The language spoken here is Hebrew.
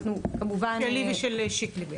אנחנו כמובן --- שלי ושל שיקלי.